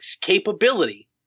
capability